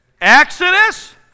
Exodus